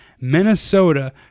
Minnesota